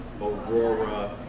Aurora